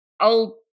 old